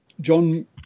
John